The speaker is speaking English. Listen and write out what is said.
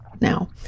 now